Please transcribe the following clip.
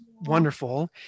wonderful